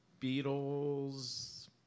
Beatles